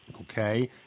Okay